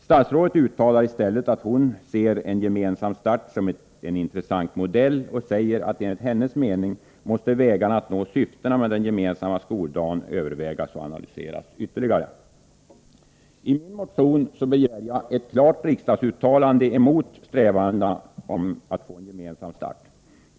Statsrådet uttalar i stället att hon ser en gemensam start som en intressant modell och säger att enligt hennes mening måste vägarna att nå syftena med den gemensamma skoldagen övervägas och analyseras ytterligare. I min motion begär jag ett klart riksdagsuttalande emot strävandena att få en gemensam start.